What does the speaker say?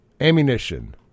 ammunition